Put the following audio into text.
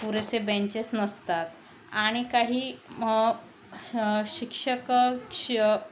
पुरेसे बेंचेस नसतात आणि काही शिक्षक श